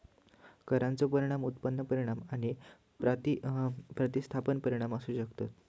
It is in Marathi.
करांचो परिणाम उत्पन्न परिणाम आणि प्रतिस्थापन परिणाम असू शकतत